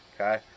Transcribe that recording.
okay